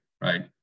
right